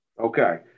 Okay